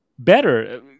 better